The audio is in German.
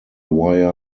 wire